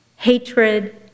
hatred